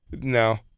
no